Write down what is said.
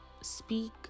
speak